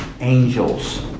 angels